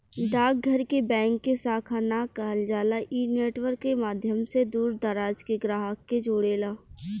डाक घर के बैंक के शाखा ना कहल जाला इ नेटवर्क के माध्यम से दूर दराज के ग्राहक के जोड़ेला